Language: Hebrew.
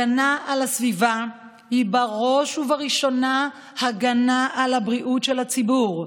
הגנה על הסביבה היא בראש ובראשונה הגנה על הבריאות של הציבור,